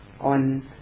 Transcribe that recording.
on